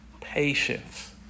patience